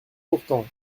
pourtant